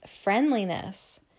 friendliness